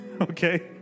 Okay